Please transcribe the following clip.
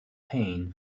pain